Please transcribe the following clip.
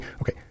okay